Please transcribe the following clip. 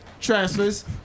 transfers